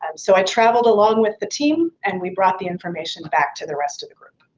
and so, i traveled along with the team and we brought the information back to the rest of the group.